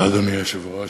אדוני היושב-ראש,